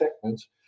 segments